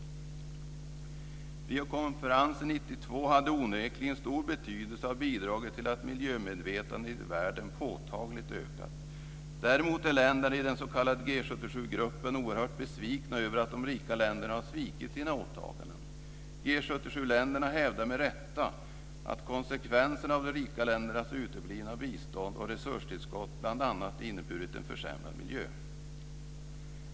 Riokonferensen 1992 hade onekligen stor betydelse och har bidragit till att miljömedvetandet i världen påtagligt har ökat. Däremot är länderna i den s.k. G77-gruppen oerhört besvikna över att de rika länderna har svikit sina åtaganden.